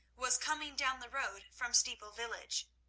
was coming down the road from steeple village.